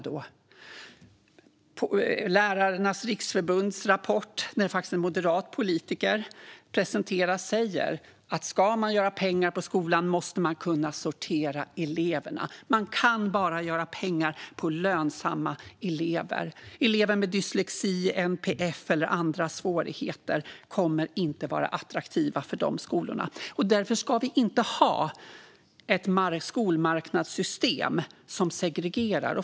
När Lärarnas Riksförbunds rapport, som faktiskt är gjord av en moderat politiker, presenteras säger man att man måste kunna sortera eleverna om man ska göra pengar på skolorna. Man kan bara göra pengar på lönsamma elever, och elever med dyslexi, NPF eller andra svårigheter kommer inte att vara attraktiva för de skolorna. Därför ska vi inte ha ett skolmarknadssystem som segregerar.